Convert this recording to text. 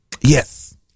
Yes